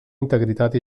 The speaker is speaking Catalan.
integritat